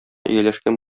ияләшкән